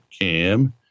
cam